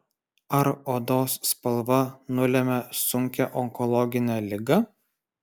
ar odos spalva nulemia sunkią onkologinę ligą